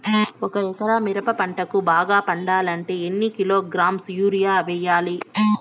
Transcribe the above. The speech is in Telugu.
ఒక ఎకరా మిరప పంటకు బాగా పండాలంటే ఎన్ని కిలోగ్రామ్స్ యూరియ వెయ్యాలి?